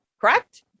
correct